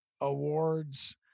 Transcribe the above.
Awards